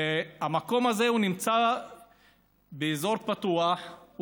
והמקום הזה נמצא באזור פתוח,